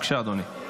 בבקשה, אדוני.